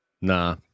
Nah